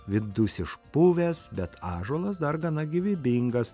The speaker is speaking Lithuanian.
vidus išpuvęs bet ąžuolas dar gana gyvybingas